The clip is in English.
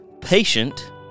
patient